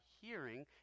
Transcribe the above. hearing